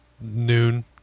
noon